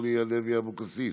אורלי לוי אבקסיס,